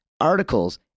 articles